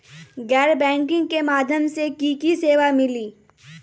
गैर बैंकिंग के माध्यम से की की सेवा मिली?